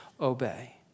obey